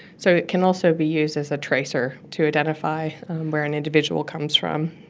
so it can also be used as a tracer to identify where an individual comes from.